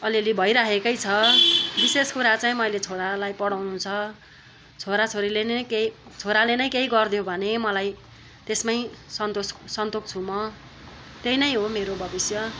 अलिअलि भइराखेकै छ विशेष कुरा चाहिँ मैले छोरालाई पढाउनु छ छोराछोरीले नै केही छोराले नै कोही गरिदियो भने मलाई त्यसमै सन्तोष सन्तोक छु म त्यही नै हो मेरो भविष्य